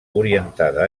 orientada